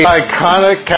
iconic